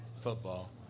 football